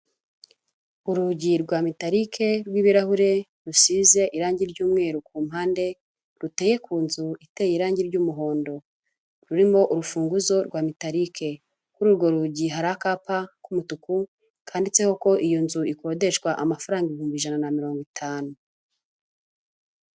Urugi rwa mitarike rw'ibirahure rusize irangi ry'umweru ku mpande, ruteye ku nzu iteye irangi ry'umuhondo, rurimo urufunguzo rwa mitarike. Kuri urwo rugi hari akapa k'umutuku kanditseho ko iyo nzu ikodeshwa amafaranga ibihumbi ijana na mirongo itanu.